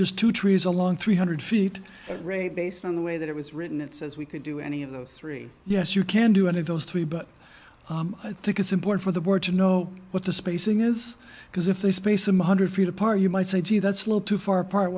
just two trees along three hundred feet at rate based on the way that it was written it says we can do any of those three yes you can do any of those three but i think it's important for the board to know what the spacing is because if they space some hundred feet apart you might say gee that's low too far apart